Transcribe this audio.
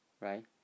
Right